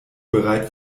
bereit